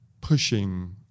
pushing